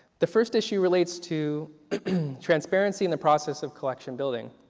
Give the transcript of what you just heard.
the first issue relates to transparency in the process of collection building.